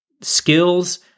skills